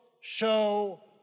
show